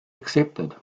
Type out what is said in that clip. accepted